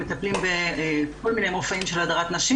מטפלים בכל מיני מקרים של הדרת הנשים